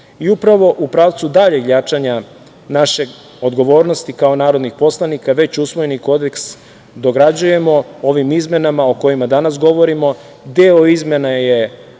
u pravcu daljeg jačanja naše odgovornosti kao narodnih poslanika, već usvojeni Kodeks dograđujemo ovim izmenama o kojima danas govorimo, deo izmena je